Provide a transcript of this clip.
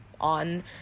on